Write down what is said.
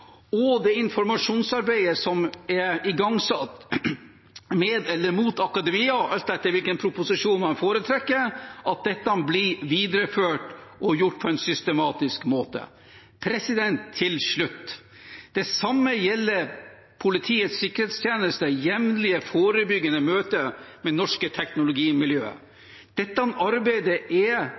og at informasjonsarbeidet som er igangsatt med eller mot akademia, alt etter hvilken proposisjon man foretrekker, bli videreført og gjort på en systematisk måte. Til slutt: Det samme gjelder Politiets sikkerhetstjeneste – jevnlige forebyggende møter med norske teknologimiljøer. Dette arbeidet er